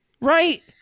Right